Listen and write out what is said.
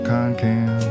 Concan